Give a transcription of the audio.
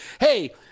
Hey